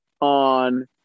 on